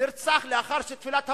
נרצח לאחר תפילת הבוקר.